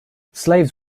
slaves